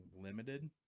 limited